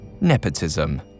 nepotism